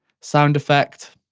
sound effects.